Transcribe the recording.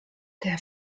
der